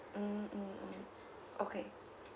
mm mm mm okay